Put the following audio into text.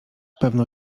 pewno